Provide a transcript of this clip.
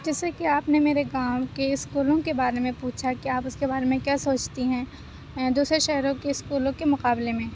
جیسے کہ آپ نے میرے گاؤں کے اسکولوں کے بارے میں پوچھا کہ آپ اس کے بارے میں کیا سوچتی ہیں دوسرے شہروں کے اسکولوں کے مقابلے میں